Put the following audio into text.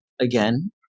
again